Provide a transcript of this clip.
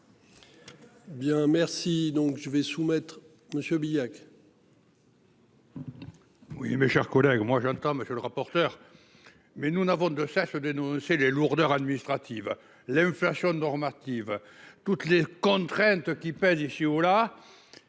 Bien merci donc je vais soumettre monsieur Billac. Oui, mes chers collègues. Moi j'entends monsieur le rapporteur. Mais nous n'avons de dénoncé les lourdeurs administratives. L'inflation normative toutes les contraintes qui pèsent ici ou là.